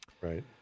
Right